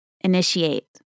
initiate